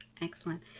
Excellent